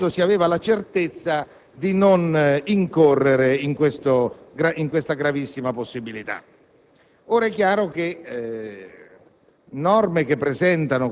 quando si è saliti a bordo dell'auto, si aveva la certezza di non incorrere in questa gravissima possibilità. È chiaro che